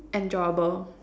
enjoyable